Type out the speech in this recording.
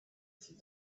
through